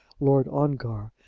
lord ongar,